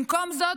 במקום זאת,